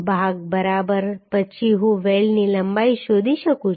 ભાગ બરાબર પછી હું વેલ્ડની લંબાઈ શોધી શકું છું